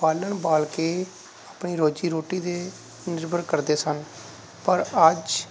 ਬਾਲਣ ਬਾਲ ਕੇ ਆਪਣੀ ਰੋਜ਼ੀ ਰੋਟੀ 'ਤੇ ਨਿਰਭਰ ਕਰਦੇ ਸਨ ਪਰ ਅੱਜ